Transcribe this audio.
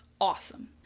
awesome